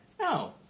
no